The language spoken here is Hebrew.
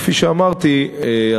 כפי שאמרתי,